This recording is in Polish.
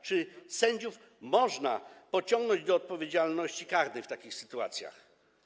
Czy sędziów można pociągnąć do odpowiedzialności karnej w takich sytuacjach?